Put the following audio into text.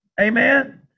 Amen